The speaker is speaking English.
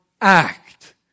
act